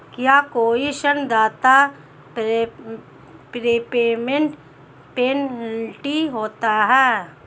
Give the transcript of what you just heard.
क्या कोई ऋणदाता प्रीपेमेंट पेनल्टी लेता है?